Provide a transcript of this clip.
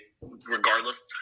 regardless